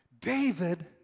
David